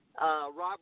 Robert